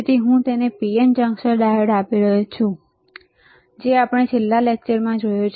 તેથી હું તેને PN જંકશન ડાયોડ આપી રહ્યો છું જે આપણે છેલ્લા લેક્ચરમાં જોયો છે